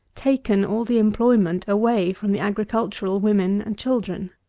taken all the employment away from the agricultural women and children.